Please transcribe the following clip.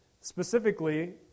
specifically